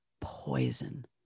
poison